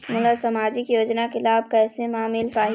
मोला सामाजिक योजना के लाभ कैसे म मिल पाही?